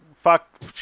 Fuck